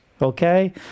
Okay